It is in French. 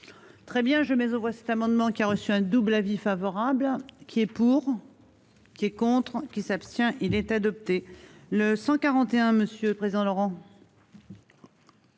Très bien je mets aux voix cet amendement qui a reçu un double avis favorable qui est pour. Qui est contre qui s'abstient il est adopté le 141 monsieur le président, Laurent.